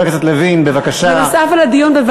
חבר